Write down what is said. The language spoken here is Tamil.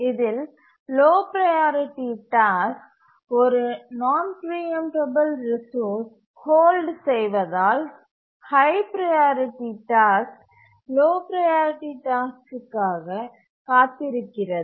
இதில் லோ ப்ரையாரிட்டி டாஸ்க் ஒரு நான் பிரீஎம்டபல் ரிசோர்ஸ் ஹோல்ட் செய்வதால் high priority task low priority டாஸ்க்குக்காக காத்திருக்கிறது